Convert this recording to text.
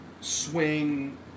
swing